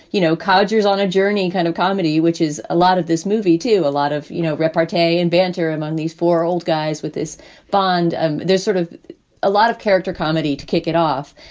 you know, cottagers on a journey kind of comedy, which is a lot of this movie to a lot of, you know, repartee and banter among these four old guys with this bond. and there's sort of a lot of character comedy to kick it off.